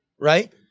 right